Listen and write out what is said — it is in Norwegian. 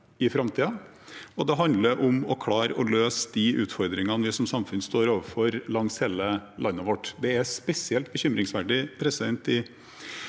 det handler om å klare å løse de utfordringene vi som samfunn står overfor i hele landet vårt. Det er spesielt bekymringsverdig i